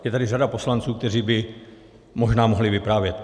Je tady řada poslanců, kteří by možná mohli vyprávět.